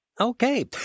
Okay